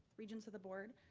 regents of the board.